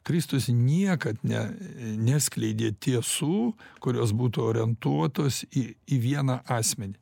kristus niekad ne neskleidė tiesų kurios būtų orientuotos į į vieną asmenį